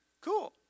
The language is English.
Cool